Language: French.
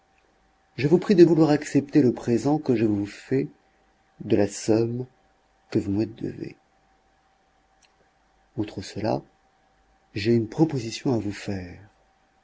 je vous prie de vouloir accepter le présent que je vous fais de la somme que vous me devez outre cela j'ai une proposition à vous faire